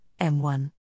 M1